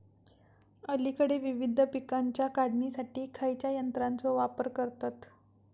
अलीकडे विविध पीकांच्या काढणीसाठी खयाच्या यंत्राचो वापर करतत?